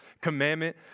Commandment